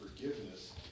forgiveness